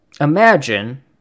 imagine